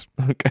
okay